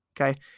okay